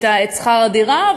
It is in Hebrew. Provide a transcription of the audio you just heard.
את שכר-הדירה.